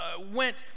went